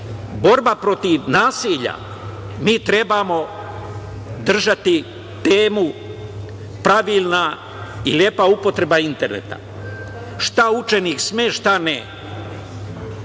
borba protiv nasilja, mi treba držati temu pravilna i lepa upotreba interneta, šta učenik sme, šta ne,